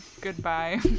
Goodbye